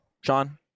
Sean